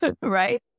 right